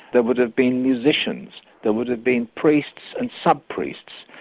there would have been musicians, there would have been priests and sub-priests,